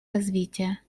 развития